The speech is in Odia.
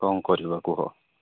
କ'ଣ କରିବା କୁହ